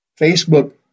Facebook